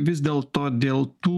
vis dėlto dėl tų